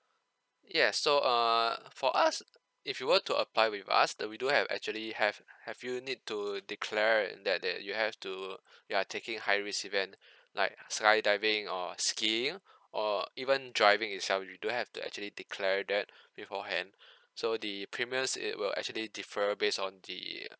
yes so err for us if you were to apply with us then we do have actually have have you need to declare in that that you have to you are taking high risk event like skydiving or skiing or even driving itself you do have to actually declare that beforehand so the premiums it will actually differ based on the